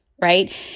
right